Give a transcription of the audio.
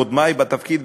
קודמי בתפקיד,